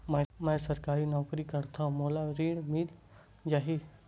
मै सरकारी नौकरी करथव मोला ऋण मिल जाही?